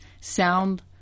sound